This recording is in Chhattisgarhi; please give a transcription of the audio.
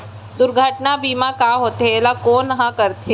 दुर्घटना बीमा का होथे, एला कोन ह करथे?